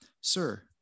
Sir